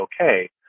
okay